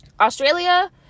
Australia